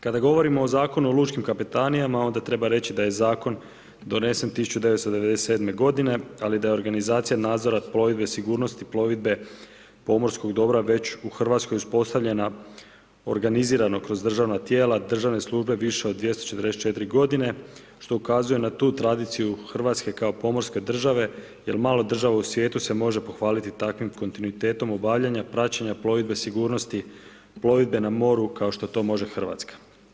Kada govorimo o Zakonu o lučkim kapetanijama, onda treba reći da je Zakon donesen 1997. godine, ali da je organizacija nadzora plovidbe, sigurnosti plovidbe pomorskog dobra već u Hrvatskoj uspostavljena organizirano kroz državna tijela, državne službe više od 244 godine, što ukazuje na tu tradiciju Hrvatske kao pomorske države, jer malo država u svijetu se može pohvaliti takvim kontinuitetom obavljanja, praćenja plovidbe, sigurnosti plovidbe na moru, kao što to može Hrvatska.